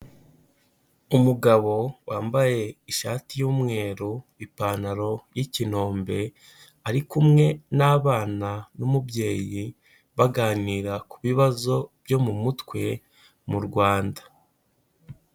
Umugabo wambaye ishati y'umweru, ipantaro y'ikinombe, ari kumwe n'abana n'umubyeyi, baganira ku bibazo byo mumutwe mu Rwanda.